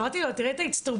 אמרתי לו תראה את האיצטרובל.